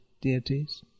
deities